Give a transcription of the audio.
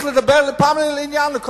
אבל להגיד כל דבר שאני בא לכאן: או,